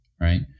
right